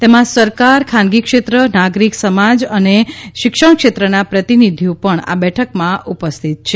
તેમાં સરકાર ખાનગી ક્ષેત્ર નાગરિક સમાજ અને શિક્ષણક્ષેત્રના પ્રતિનિધિઓ પણ આ બેઠકમાં ઉપસ્થિત છે